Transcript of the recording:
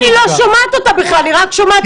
אני לא שומעת אותה בכלל, אני רק שומעת צעקות.